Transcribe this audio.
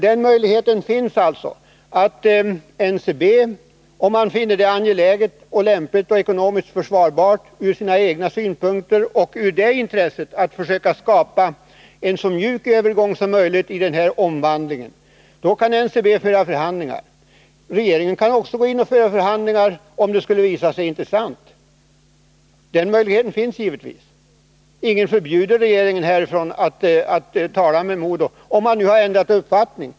Den möjligheten finns alltså, att NCB, om man finner det angeläget, lämpligt och ekonomiskt försvarbart ur sina egna synpunkter och utifrån intresset att skapa en så mjuk övergång som möjligt i denna omvandling, kan föra förhandlingar. Regeringen kan också gå in och föra förhandlingar, om det skulle visa sig intressant — den möjligheten finns givetvis. Ingen här förbjuder regeringen att tala med MoDo, om man ändrar uppfattning.